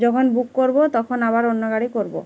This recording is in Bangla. যখন বুক করবো তখন আবার অন্য গাড়ি করবো